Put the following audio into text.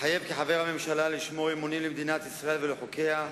מתחייב כחבר הממשלה לשמור אמונים למדינת ישראל ולחוקיה,